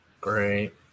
Great